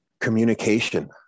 communication